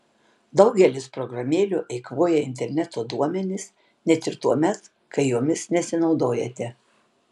daugelis programėlių eikvoja interneto duomenis net ir tuomet kai jomis nesinaudojate